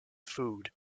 food